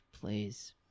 Please